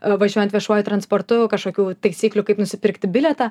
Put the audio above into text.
važiuojant viešuoju transportu kažkokių taisyklių kaip nusipirkti bilietą